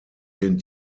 den